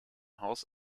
haus